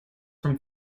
from